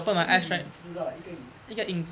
一个影子 lah 一个影子